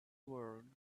world